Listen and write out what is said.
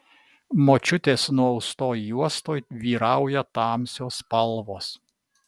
močiutės nuaustoj juostoj vyrauja tamsios spalvos